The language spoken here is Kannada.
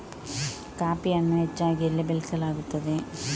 ಕಾಫಿಯನ್ನು ಹೆಚ್ಚಾಗಿ ಎಲ್ಲಿ ಬೆಳಸಲಾಗುತ್ತದೆ?